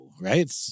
right